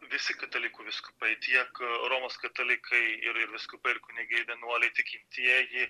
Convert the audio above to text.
visi katalikų vyskupai tiek romos katalikai ir ir vyskupai ir kunigai vienuoliai tikintieji